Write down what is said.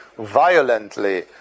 violently